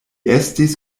estis